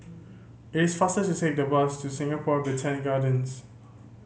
it is faster to take the bus to Singapore Botanic Gardens